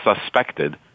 suspected